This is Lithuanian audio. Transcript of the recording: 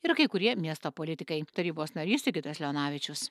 ir kai kurie miesto politikai tarybos narys sigitas leonavičius